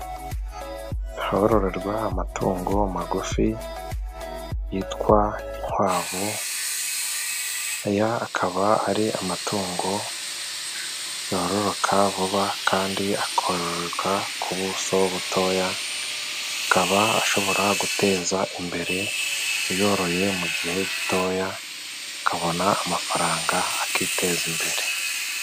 Ahororerwa amatungo magufi yitwa inkwavu, aya akaba ari amatungo yororoka vuba kandi akororerwa ku buso butoya, akaba ashobora guteza imbere uyoroye mu gihe gitoya, akabona amafaranga akiteza imbere.